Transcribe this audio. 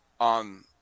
on